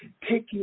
taking